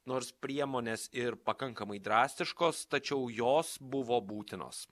nors priemonės ir pakankamai drastiškos tačiau jos buvo būtinos